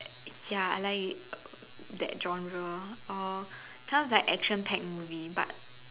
ya I like that genre or those cause like action pact movie but